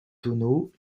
tonneaux